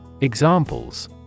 Examples